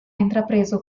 intrapreso